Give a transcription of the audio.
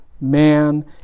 man